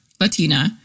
Latina